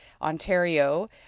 Ontario